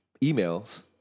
emails